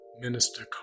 Minister